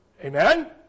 Amen